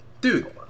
Dude